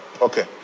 Okay